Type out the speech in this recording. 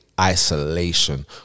isolation